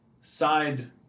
side